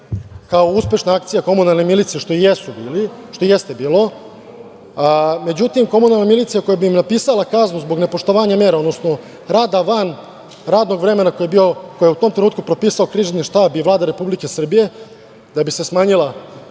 kao uspešna akcija komunalne milicije, što i jeste bilo, međutim komunalna milicija koja bi im napisala kaznu zbog nepoštovanja mera, odnosno rada van radnog vremena koje je u tom trenutku Krizni štab i Vlada Republike Srbije, da bi se smanjili uzroci